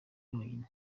honyine